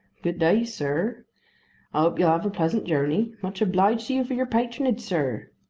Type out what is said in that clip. good day, sir i hope you'll have a pleasant journey. much obliged to you for your patronage, sir,